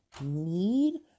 need